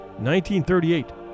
1938